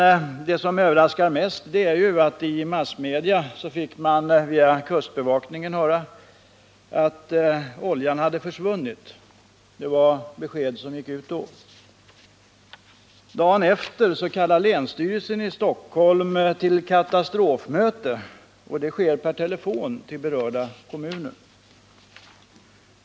Men det som mest överraskar är ju att i massmedia fick man via kustbevakningen höra att oljan hade försvunnit — det var besked som gick ut då. Dagen efter kallar länsstyrelsen i Stockholm till katastrofmöte, och det sker per telefon till berörda kommuner.